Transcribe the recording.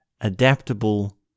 adaptable